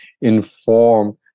inform